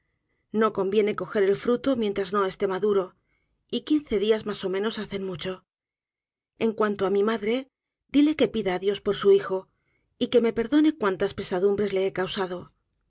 no conviene cojer el fruto mientras no esté maduro y quince dias mas ó menos hacen mucho en cuanto á mi madre díle que pida á dios por su hijo y que me perdone cuantaspesadumbreslehe causado